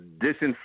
disinfect